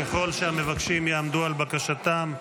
ככל שהמבקשים יעמדו על בקשתם,